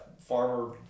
farmer